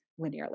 linearly